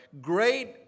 Great